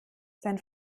sein